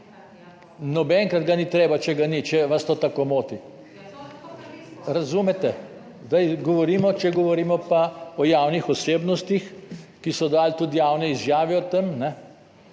Nobenkrat ga ni treba, če ga ni, če vas to tako moti. Razumete? Zdaj govorimo, če govorimo pa o javnih osebnostih, ki so dali tudi javne izjave o tem, pa